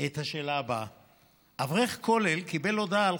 השר חיים כץ.